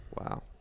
Wow